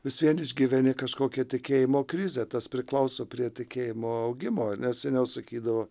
vis vien išgyveni kažkokią tikėjimo krizę tas priklauso prie tikėjimo augimo nes seniau sakydavo